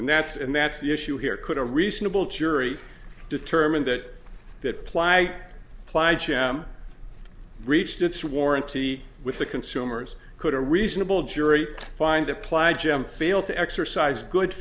and that's and that's the issue here could a reasonable jury determine that that ply plied sham reached its warranty with the consumers could a reasonable jury find the ply gem failed to exercise good